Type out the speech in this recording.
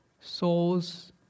souls